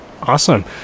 Awesome